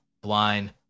blind